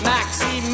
Maxi